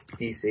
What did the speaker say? DC